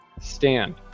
stand